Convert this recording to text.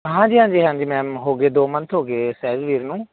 ਹਾਂਜੀ ਹਾਂਜੀ ਹਾਂਜੀ ਮੈਮ ਹੋ ਗਏ ਦੋ ਮੰਥ ਹੋ ਗਏ ਸਹਿਜਵੀਰ ਨੂੰ